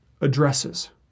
addresses